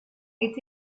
est